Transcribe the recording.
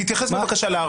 תתייחס בבקשה לארבעה.